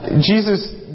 Jesus